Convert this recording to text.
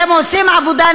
כך אתם רוצים שייראה?